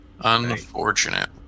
Unfortunate